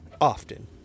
often